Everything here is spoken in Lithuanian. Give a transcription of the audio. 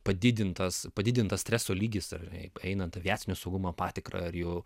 padidintas padidintas streso lygis ar einant aviacinio saugumo patikrą ar jau